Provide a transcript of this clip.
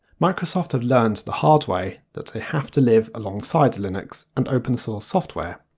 microsoft have learned the hard way that they have to live alongside linux and open source software.